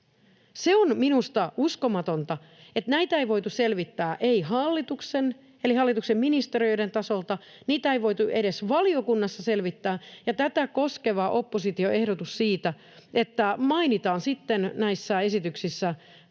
Se on minusta uskomatonta, että näitä ei voitu selvittää hallituksen eli hallituksen ministeriöiden taholta, niitä ei voitu edes valiokunnassa selvittää. Tätä koskevalle opposition ehdotukselle siitä, että mainitaan sitten näissä esityksissä,